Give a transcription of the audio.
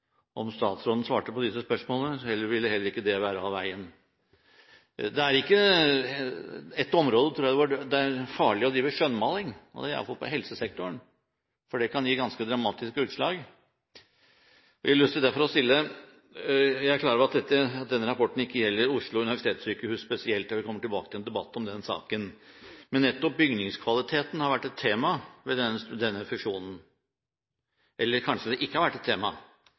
Om statsråden svarte på disse spørsmålene, ville heller ikke det være av veien. Det er iallfall et område der det er farlig å drive skjønnmaling, og det er på helsesektoren, for det kan gi ganske dramatiske utslag. Jeg er klar over at denne rapporten ikke gjelder Oslo universitetssykehus spesielt, vi kommer tilbake til en debatt om den saken. Men nettopp bygningskvaliteten har vært et tema ved denne fusjonen – eller kanskje det ikke har vært et tema